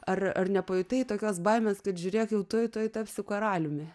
ar ar nepajutai tokios baimės kad žiūrėk jau tuoj tuoj tapsiu karaliumi